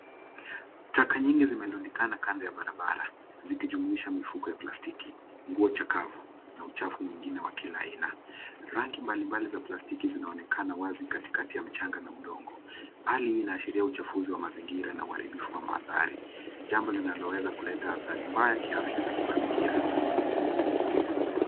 Taka nyingi zime lundikana kando ya barabara, zikijumuisha mifuko ya plastiki, nguo cha kavu, na uchafu mwingine wa kila aina. Rangi mbalimbali za plastiki zinaonekana wazi katikati ya mchanga na udongo. Hali hii inaashiria uchafuzi wa mazingira na uharibifu wa maandhari. Jambo linaloweza kuleta athari mbaya kiafya na kimazingira.